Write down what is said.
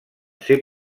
ser